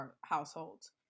households